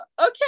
okay